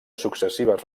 successives